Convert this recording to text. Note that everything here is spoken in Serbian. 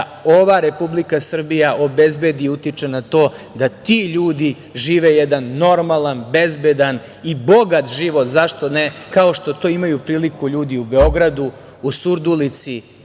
ova Republika Srbija obezbedi i utiče na to da ti ljudi žive jedan normalan, bezbedan i bogat život, zašto ne, kao što to imaju priliku ljudi u Beogradu, u Surdulici,